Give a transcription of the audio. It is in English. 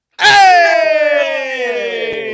hey